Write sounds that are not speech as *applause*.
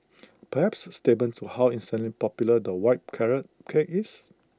*noise* perhaps statement to how insanely popular the white carrot cake is